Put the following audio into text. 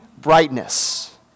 brightness